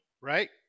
Right